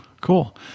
Cool